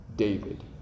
David